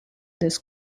this